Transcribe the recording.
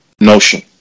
notion